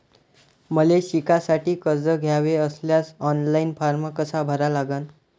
मले शिकासाठी कर्ज घ्याचे असल्यास ऑनलाईन फारम कसा भरा लागन?